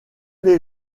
les